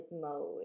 mode